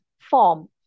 form